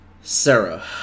Sarah